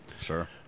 Sure